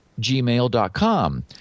gmail.com